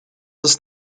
ist